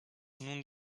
nun